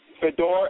Fedor